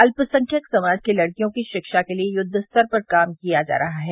अत्यसंख्यक समाज की लड़कियों की शिक्षा के लिए युद्वस्तर पर काम किया जा रहा है